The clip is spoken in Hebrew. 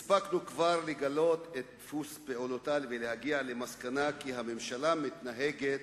הספקנו כבר לגלות את דפוס פעולתה ולהגיע למסקנה כי הממשלה מתנהגת